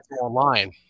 online